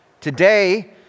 Today